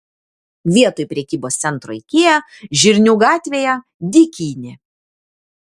vietoj prekybos centro ikea žirnių gatvėje dykynė